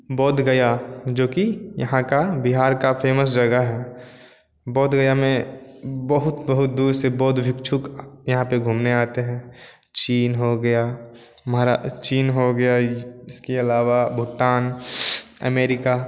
बोधगया जो कि यहाँ का बिहार की फेमस जगह है बोधगया में बहुत बहुत दूर से बौध भिक्षुक यहाँ पर घूमने आते हैं चीन हो गया मारा चीन हो गया इ इसके अलावा भुटान एमेरिका